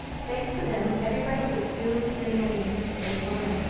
thanks to them, everybody was soon sitting at ease, even anne.